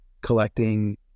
collecting